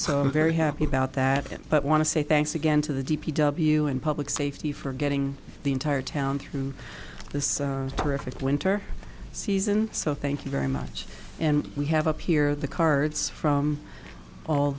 so i'm very happy about that but want to say thanks again to the d p w and public safety for getting the entire town through this graphic winter season so thank you very much and we have up here the cards from all